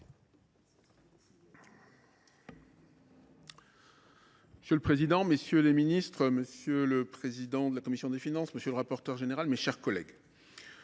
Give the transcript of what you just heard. Monsieur le président, monsieur le ministre, monsieur le président de la commission des finances, monsieur le rapporteur général, mesdames les